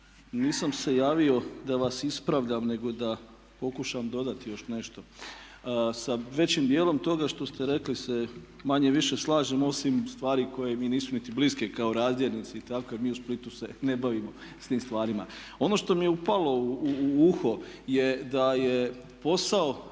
nisam se javio da vas ispravljam nego da pokušam dodati još nešto. Sa većim dijelom toga što ste rekli se manje-više slažem, osim stvari koje mi nisu niti bliske kao razdjelnici i tako kad mi u Splitu se ne bavimo s tim stvarima. Ono što mi je upalo u uho je da je posao